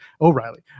o'reilly